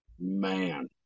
Man